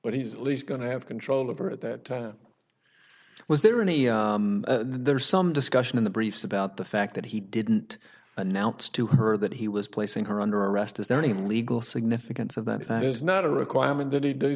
but he's at least going to have control over at that time was there any there's some discussion in the briefs about the fact that he didn't announce to her that he was placing her under arrest is there any legal significance of that is not a requirement that he do